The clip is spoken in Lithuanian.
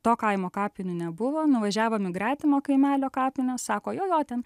to kaimo kapinių nebuvo nuvažiavom į gretimo kaimelio kapines sako jo jo ten